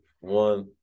one